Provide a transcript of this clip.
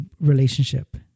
relationship